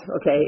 okay